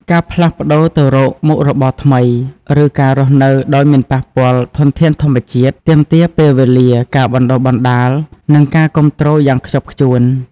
ការផ្លាស់ប្តូរទៅរកមុខរបរថ្មី ឬការរស់នៅដោយមិនប៉ះពាល់ធនធានធម្មជាតិ ទាមទារពេលវេលា ការបណ្តុះបណ្តាល និងការគាំទ្រយ៉ាងខ្ជាប់ខ្ជួន។